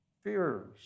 fears